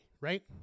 right